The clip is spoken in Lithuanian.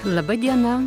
laba diena